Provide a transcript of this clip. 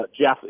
Jeff